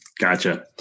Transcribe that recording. Gotcha